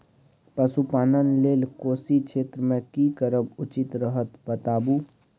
पशुपालन लेल कोशी क्षेत्र मे की करब उचित रहत बताबू?